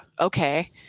okay